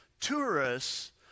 Tourists